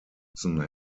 jackson